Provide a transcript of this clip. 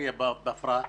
ובפריפריה בפרט.